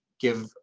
give